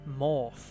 morph